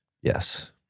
Yes